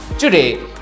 Today